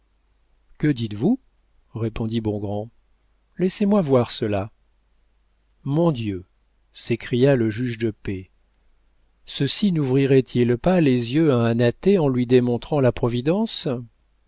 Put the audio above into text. que dites-vous répondit bongrand laissez-moi voir cela mon dieu s'écria le juge de paix ceci nouvrirait il pas les yeux à un athée en lui démontrant la providence